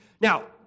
Now